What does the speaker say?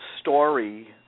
story